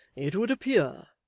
it would appear,